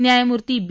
न्यायमूर्ती बी